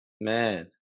Man